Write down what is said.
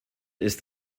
ist